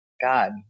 God